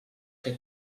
que